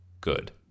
good